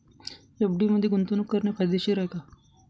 FD मध्ये गुंतवणूक करणे फायदेशीर आहे का?